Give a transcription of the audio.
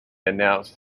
announced